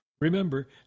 Remember